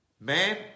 Man